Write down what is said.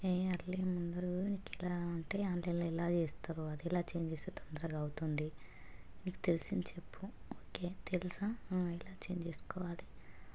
ఏ అలా ఏమి ఉండదు ఎలా అంటే ఆన్లైన్లో ఎలా చేస్తారు అది ఎలా చేంజ్ చేస్తే తొందరగా అవుతుంది మీకు తెలిసింది చెప్పు ఓకే తెలుసా ఎలా చేంజ్ చేసుకోవాలి